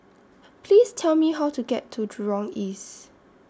Please Tell Me How to get to Jurong East